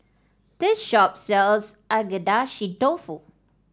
this shop sells Agedashi Dofu